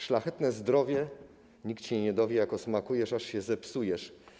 Szlachetne zdrowie, nikt się nie dowie, jako smakujesz, aż się zepsujesz”